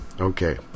Okay